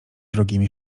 wrogimi